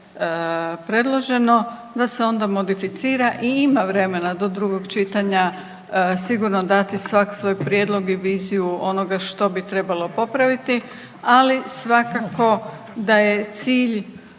predloženo da se onda modificira i ima vremena do drugog čitanja sigurno dati svak svoj prijedlog i viziju onoga što bi trebalo popraviti, ali svakako da je cilj